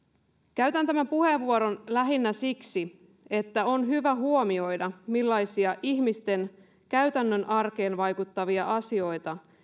käytän tämän puheenvuoron lähinnä siksi että on hyvä huomioida millaisia ihmisten käytännön arkeen vaikuttavia asioita